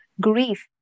grief